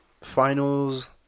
finals